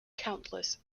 countless